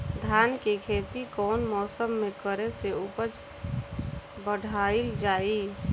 धान के खेती कौन मौसम में करे से उपज बढ़ाईल जाई?